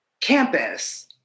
campus